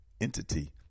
entity